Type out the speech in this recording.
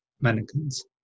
mannequins